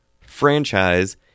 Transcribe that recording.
franchise